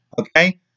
okay